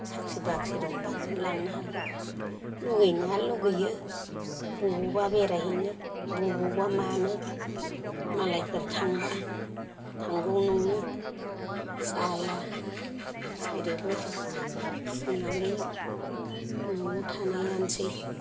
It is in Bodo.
साख्रि बाख्रि दंबानोदेन लांनो हागौ लुगैनाया लुगैयो बबावबा बेरायहैनो बबावबा मानो मालायफोर थांबा थांगौ नङो जाया जेरैबो जोंना बे न'आव थानायानोसै